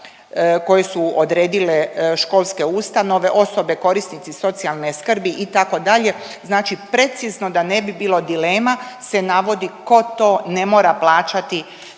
koje su odredile školske ustanove, osobe korisnici socijalne skrbi itd. Znači precizno da ne bi bilo dilema se navodi tko to ne mora plaćati